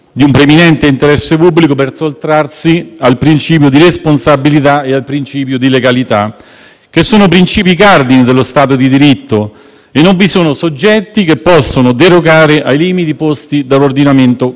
che sono principi cardini dello Stato di diritto e non vi sono soggetti che possono derogare ai limiti posti dall'ordinamento costituzionale. Tra l'altro, in questa vicenda è paradossale, come veniva detto prima anche da alcuni miei colleghi,